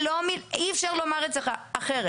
אי אפשר לומר את זה אחרת.